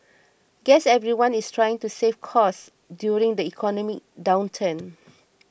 guess everyone is trying to save costs during the economic downturn